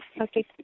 Okay